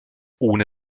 ohne